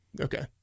Okay